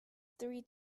three